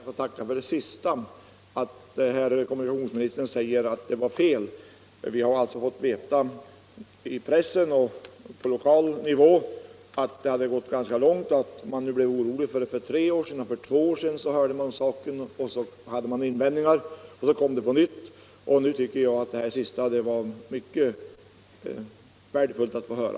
Herr talman! Jag ber att få tacka för detta påpekande. Kommunikationsministern säger att det vi fått höra var fel. Vi har alltså i pressen och på lokal nivå fått veta att ärendet gått ganska långt. Man blir orolig då man hört talas om saken för både två och tre år sedan och haft in 27 Kulturpolitiken vändningar — och så kommer frågan upp på nytt. Jag tycker att kommunikationsministerns senaste uttalande var mycket värdefullt att få höra.